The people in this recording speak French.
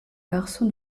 garçon